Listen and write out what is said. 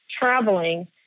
traveling